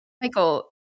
Michael